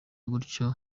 gutyo